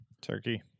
Turkey